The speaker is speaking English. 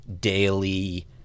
daily